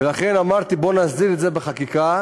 ולכן אמרתי: בוא נסדיר את זה בחקיקה,